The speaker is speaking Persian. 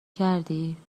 کردی